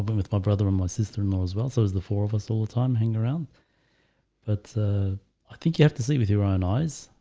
but with my brother and my sister-in-law as well. so as the four of us all the time hanging around but i think you have to see with your own eyes.